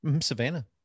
Savannah